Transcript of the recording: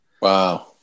wow